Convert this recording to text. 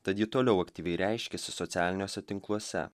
tad ji toliau aktyviai reiškiasi socialiniuose tinkluose